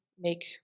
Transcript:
Make